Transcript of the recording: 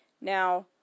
now